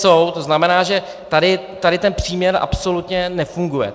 To znamená, že tady ten příměr absolutně nefunguje.